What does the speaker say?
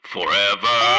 Forever